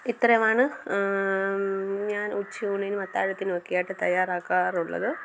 ഇത്രയുമാണ് ഞാൻ ഉച്ചയൂണിനും അത്താഴത്തിനുമൊക്കെയായിട്ട് തയ്യാറാക്കാറുള്ളത്